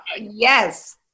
Yes